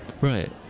Right